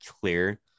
clear